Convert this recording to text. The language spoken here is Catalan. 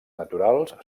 naturals